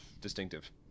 distinctive